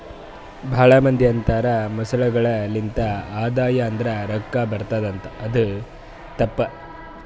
ಭಾಳ ಮಂದಿ ಅಂತರ್ ಮೊಸಳೆಗೊಳೆ ಲಿಂತ್ ಆದಾಯ ಅಂದುರ್ ರೊಕ್ಕಾ ಬರ್ಟುದ್ ಅಂತ್ ಆದುರ್ ಅದು ತಪ್ಪ ಅದಾ